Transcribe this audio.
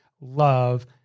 love